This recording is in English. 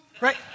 right